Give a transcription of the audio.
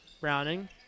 Browning